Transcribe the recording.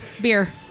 Beer